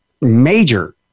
major